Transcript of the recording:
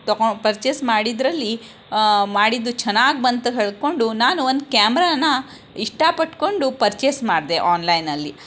ತಕೋ purchase ಮಾಡಿದ್ರಲ್ಲಿ ಮಾಡಿದ್ದು ಚೆನ್ನಾಗಿ ಬಂತು ಹೇಳ್ಕೊಂಡು ನಾನು ಒಂದು ಕ್ಯಾಮ್ರಾನ ಇಷ್ಟಪಟ್ಕೊಂಡು ಪರ್ಚೇಸ್ ಮಾಡಿದೆ ಆನ್ಲೈನ್ನಲ್ಲಿ